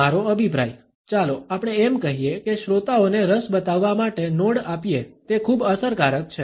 મારો અભિપ્રાય ચાલો આપણે એમ કહીએ કે શ્રોતાઓને રસ બતાવવા માટે નોડ આપીએ તે ખૂબ અસરકારક છે